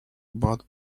but